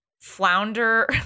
flounder